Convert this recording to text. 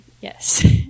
yes